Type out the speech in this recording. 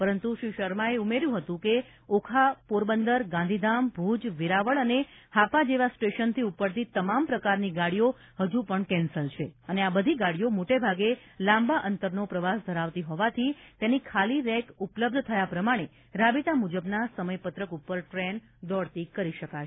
પરંતુ શ્રી શર્માએ ઉમેર્યું હતું કે ઓખા પોરબંદર ગાંધીધામ ભુજ વેરાવળ તથા હાપા જેવા સ્ટેશનથી ઉપડતી તમામ પ્રકારની ગાડીઓ હજ્ પણ કેન્સલ છે અને આ બધી ગાડીઓ મોટા ભાગે લાંબા અંતરનો પ્રવાસ ધરાવતી હોવાથી તેની ખાલી રેક ઉપલબ્ધ થયા પ્રમાણે રાબેતા મુજબના સમયપત્રક ઉપર ટ્રેન દોડતી કરી શકાશે